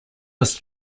was